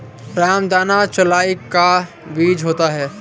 रामदाना चौलाई का बीज होता है